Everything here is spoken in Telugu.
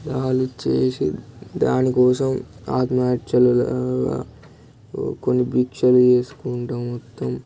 వాళ్ళు చేసి దానికోసం ఆత్మహత్యలు కొన్ని దీక్షలు చేసుకుంటు మొత్తం